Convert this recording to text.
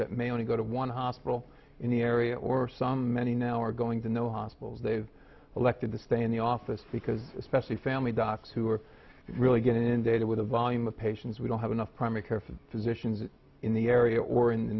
that may only go to one hospital in the area or some many now are going to know hospitals they've elected to stay in the office because especially family docs who are really good in data with a volume of patients we don't have enough primary care for physicians in the area or in the